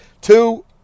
Two